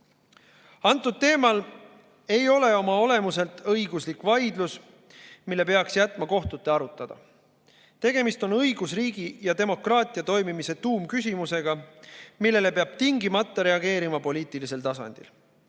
teema ei ole oma olemuselt õiguslik vaidlus, mille peaks jätma kohtute arutada. Tegemist on õigusriigi ja demokraatia toimimise tuumküsimusega, millele peab tingimata reageerima poliitilisel tasandil.